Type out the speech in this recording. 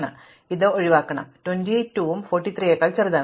അതിനാൽ ഞാൻ ഇത് ഒഴിവാക്കുന്നു 22 ഉം 43 നെക്കാൾ ചെറുതാണ്